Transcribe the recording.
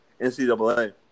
NCAA